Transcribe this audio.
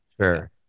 sure